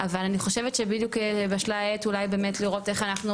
אבל אני חושבת שבדיוק בשלה העת אולי באמת לראות איך אנחנו